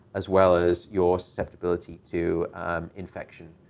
as well as your susceptibility to infection,